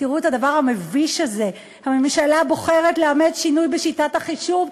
תראו את הדבר המביש הזה: הממשלה בוחרת לאמץ שינוי בשיטת החישוב,